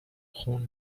خون